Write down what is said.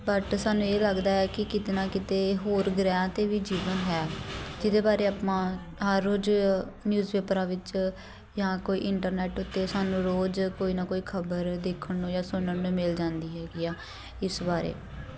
but ਸਾਨੂੰ ਇਹ ਲੱਗਦਾ ਹੈ ਕਿ ਕਿਤੇ ਨਾ ਕਿਤੇ ਹੋਰ ਗ੍ਰਹਿਆਂ 'ਤੇ ਵੀ ਜੀਵਨ ਹੈ ਜਿਹਦੇ ਬਾਰੇ ਆਪਾਂ ਹਰ ਰੋਜ਼ ਨਿਊਜ਼ਪੇਪਰਾਂ ਵਿੱਚ ਜਾਂ ਕੋਈ ਇੰਟਰਨੈਟ ਉੱਤੇ ਸਾਨੂੰ ਰੋਜ਼ ਕੋਈ ਨਾ ਕੋਈ ਖਬਰ ਦੇਖਣ ਨੂੰ ਜਾਂ ਸੁਣਨ ਨੂੰ ਮਿਲ ਜਾਂਦੀ ਹੈਗੀ ਆ ਇਸ ਬਾਰੇ